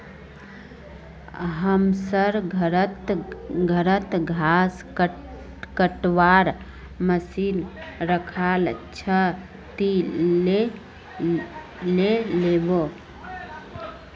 हमसर घरत घास कटवार मशीन रखाल छ, ती ले लिबो